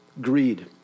greed